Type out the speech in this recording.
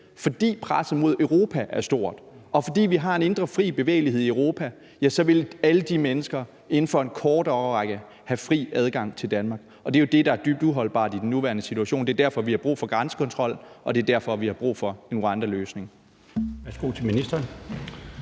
Fordi presset mod Europa er stort, og fordi vi har en indre fri bevægelighed i Europa, vil alle de mennesker inden for en kort årrække have fri adgang til Danmark, og det er jo det, der er dybt uholdbart i den nuværende situation, og det er derfor, vi har brug for grænsekontrol, og det er derfor, vi har brug for en Rwandaløsning.